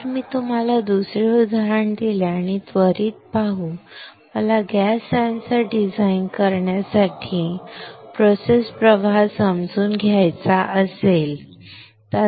जर मी तुम्हाला दुसरे उदाहरण दिले आणि त्वरीत पाहू मला गॅस सेन्सर डिझाइन करण्यासाठी प्रक्रिया प्रवाह समजून घ्यायचा असेल तर